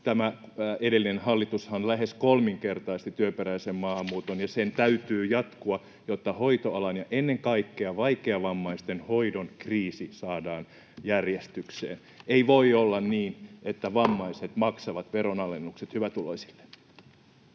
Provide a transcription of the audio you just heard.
Edellinen hallitushan lähes kolminkertaisti työperäisen maahanmuuton, ja sen täytyy jatkua, jotta hoitoalan ja ennen kaikkea vaikeavammaisten hoidon kriisi saadaan järjestykseen. Ei voi olla niin, että vammaiset maksavat veronalennukset hyvätuloisille.